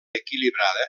equilibrada